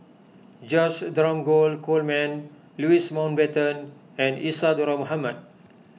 George Dromgold Coleman Louis Mountbatten and Isadhora Mohamed